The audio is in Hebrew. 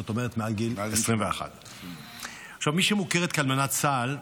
זאת אומרת מעל גיל 21. מי שמוכרת כאלמנת צה"ל,